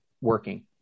working